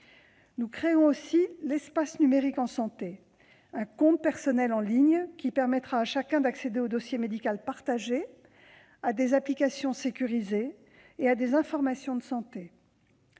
Nous créons aussi l'espace numérique de santé, un compte personnel en ligne, qui permettra à chacun d'accéder au dossier médical partagé, à des applications sécurisées et à des informations de santé.